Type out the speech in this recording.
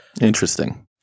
Interesting